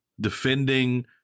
defending